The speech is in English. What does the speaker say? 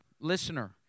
listener